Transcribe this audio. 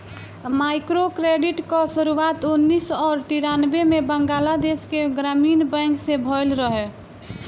microcredit कअ शुरुआत उन्नीस और तिरानबे में बंगलादेश के ग्रामीण बैंक से भयल रहे